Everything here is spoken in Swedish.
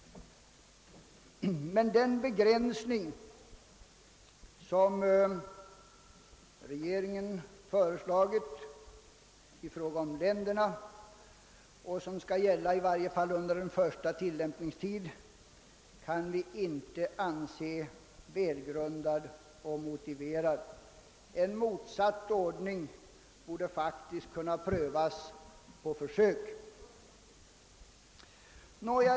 Men den begränsning som regeringen föreslagit i fråga om länderna och som skall gälla i varje fall under en första tillämpningstid kan vi inte anse välgrundad och motiverad. En motsatt ordning borde faktiskt kunna prövas på försök.